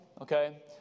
okay